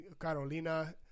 Carolina